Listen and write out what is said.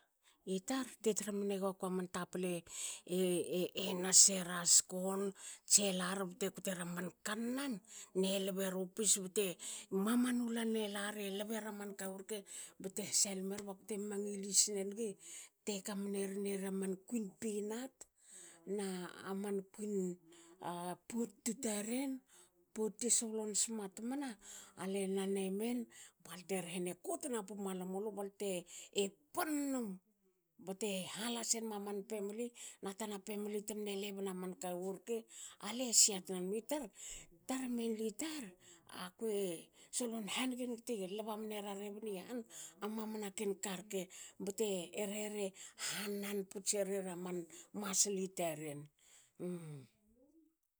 Itar te tra mne guakua man taple nas era skon tse lar bte kotera man kannan ne lberu pis bte mamanu lan elari lbe ra man kawu rke. bakte na hasalimi neri bakte mamangilin nenig te kamnerin era man kuin pinat. na aman kuin potutu taren, potutu e solon smat mna ale nan emen balte rhene kotna pumala mulu balte pan num. bte hala senma man family na tan family temne lebna ta man kawu rke ale sia tnanum itar tar akue solon hanige nigi te lba mnera rebni han mamna ken karke. bte rhene hanan putsere ra man masla taren